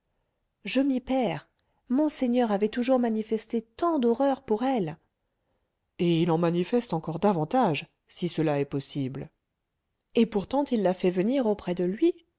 je m'y perds monseigneur avait toujours manifesté tant d'horreur pour elle et il en manifeste encore davantage si cela est possible et pourtant il la fait venir auprès de lui